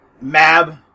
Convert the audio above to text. Mab